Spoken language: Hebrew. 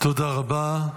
תודה רבה.